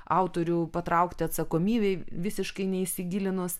autorių patraukti atsakomybėj visiškai neįsigilinus